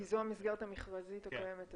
כי זו המסגרת המכרזית הקיימת היום.